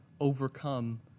overcome